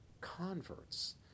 converts